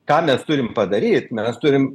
ką mes turim padaryt mes turim